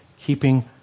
keeping